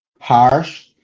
harsh